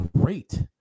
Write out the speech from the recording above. great